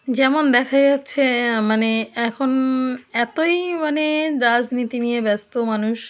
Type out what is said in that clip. যেমন দেখা যাচ্ছে মানে এখন এতোই মানে রাজনীতি নিয়ে ব্যস্ত মানুষ